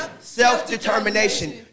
self-determination